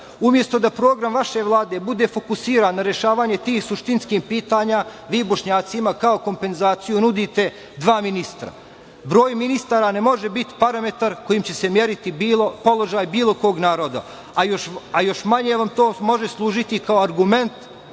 treba. Umesto da program vaše Vlade bude fokusiran na rešavanje tih suštinskih pitanja, vi Bošnjacima kao kompenzaciju nudite dva ministra. Broj ministara ne može biti parametar kojim će se meriti položaj bilo kog naroda, a još manje vam to može služiti kao instrument